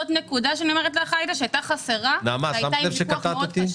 זאת נקודה שאני אומרת לך עאידה שהייתה חסרה והייתה בוויכוח מאוד קשה.